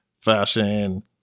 fashion